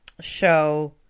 show